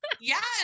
Yes